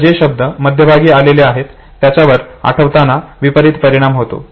आता जे शब्द मध्यभागी आलेले आहे त्यांच्यावर आठवताना विपरीत परिणाम होतो